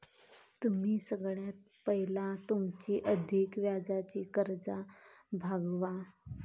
तुम्ही सगळ्यात पयला तुमची अधिक व्याजाची कर्जा भागवा